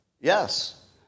Yes